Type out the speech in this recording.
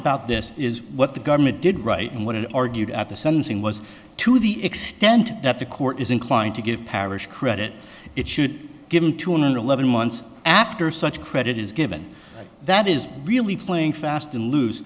about this is what the government did right and what it argued at the sentencing was to the extent that the court is inclined to give parish credit it should be given to an eleven months after such credit is given that is really playing fast and loose